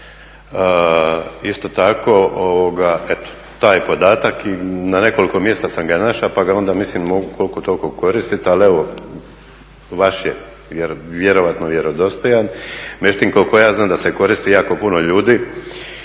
isto tako eto taj podatak i na nekoliko mjesta sam ga našao pa ga onda mislim mogu koliko toliko koristiti. Ali eto vaš je vjerojatno vjerodostojan. …/Govornik se ne razumije./… koliko ja znam da se koristi jako puno ljudi.